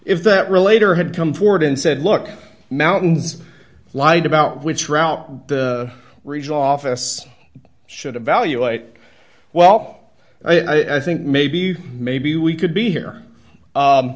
if that relator had come forward and said look mountain's lied about which route the regional office should evaluate well and i think maybe maybe we could be here